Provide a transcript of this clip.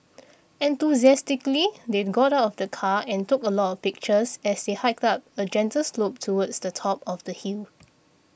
enthusiastically they got of the car and took a lot of pictures as they hiked up a gentle slope towards the top of the hill